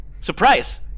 Surprise